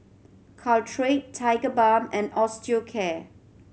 Caltrate Tigerbalm and Osteocare